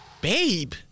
babe